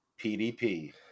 PDP